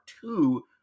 two